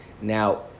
now